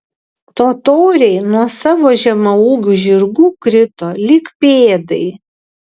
totoriai nuo savo žemaūgių žirgų krito lyg pėdai